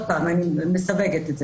שוב, אני מסווגת את זה